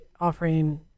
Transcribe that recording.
offering